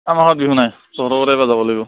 আমাৰ ঘৰত বিহু নাই তহঁতৰ ঘৰতে এইবাৰ যাব লাগিব